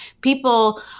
people